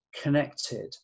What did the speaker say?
connected